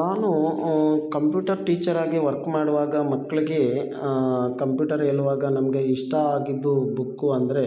ನಾನು ಕಂಪ್ಯೂಟರ್ ಟೀಚರಾಗಿ ವರ್ಕ್ ಮಾಡುವಾಗ ಮಕ್ಕಳಿಗೆ ಕಂಪೂಟರ್ ಹೇಳುವಾಗ ನನಗೆ ಇಷ್ಟ ಆಗಿದ್ದು ಬುಕ್ಕು ಅಂದರೆ